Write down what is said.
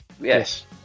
yes